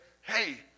hey